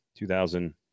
2000